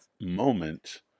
moment